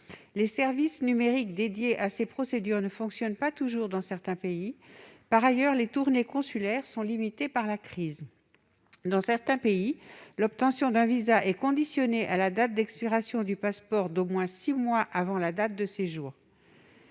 Les services numériques dédiés à ces procédures ne fonctionnent pas toujours dans certains pays. Par ailleurs, les tournées consulaires sont limitées par la crise. Dans certains pays, l'obtention d'un visa est conditionnée à une date d'expiration du passeport intervenant au moins six mois avant la date de séjour.